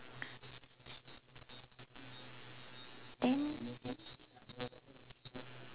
then